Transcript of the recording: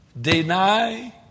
Deny